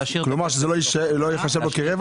כלומר שלא יחשב לו כרווח?